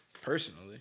Personally